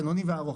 הבינוני והארוך.